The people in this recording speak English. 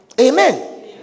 Amen